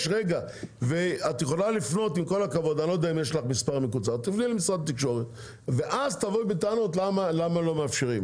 את יכולה לפנות למשרד התקשורת ואז תבואי בטענות של למה לא מאפשרים.